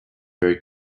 very